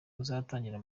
uzatangira